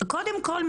קודם כל,